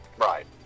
Right